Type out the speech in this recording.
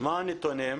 מה הנתונים?